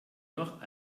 noch